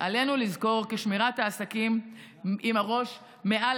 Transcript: עלינו לזכור כי שמירת העסקים עם הראש מעל